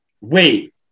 Wait